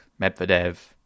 Medvedev